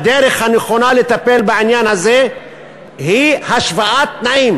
הדרך הנכונה לטפל בעניין הזה היא השוואת תנאים